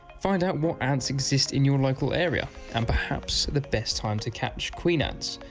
find out what ants exist in your local area and perhaps the best time to catch queen ants.